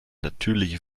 natürliche